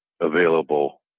available